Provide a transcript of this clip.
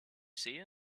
see